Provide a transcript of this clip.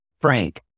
Frank